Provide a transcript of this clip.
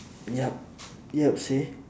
yup yup say